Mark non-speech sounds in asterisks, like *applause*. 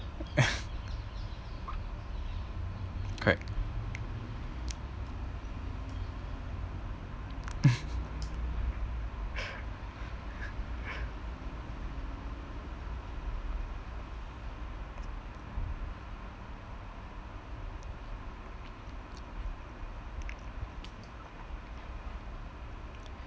*laughs* correct *laughs*